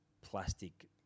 plastic